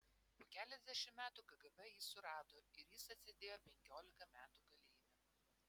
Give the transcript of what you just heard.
po keliasdešimt metų kgb jį surado ir jis atsėdėjo penkiolika metų kalėjime